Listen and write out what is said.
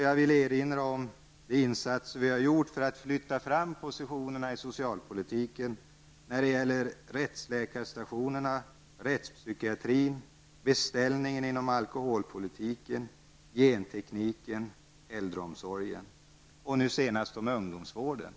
Jag vill erinra om de insatser som vi har gjort för att flytta fram positionerna i socialpolitiken när det gäller rättsläkarstationerna, rättspsykiatrin, beställningen inom alkoholpolitiken, gentekniken, äldreomsorgen och nu senast ungdomsvården.